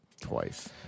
twice